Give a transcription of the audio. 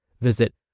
Visit